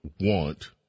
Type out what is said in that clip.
want